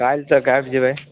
काल्हि तक आबि जेबै